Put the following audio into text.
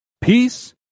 peace